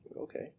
Okay